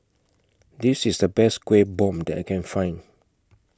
This IS The Best Kuih Bom that I Can Find